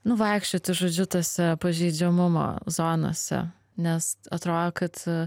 nu vaikščioti žodžiu tose pažeidžiamumo zonose nes atrodo kad